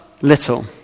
little